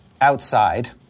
outside